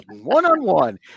one-on-one